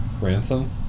Ransom